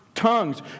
tongues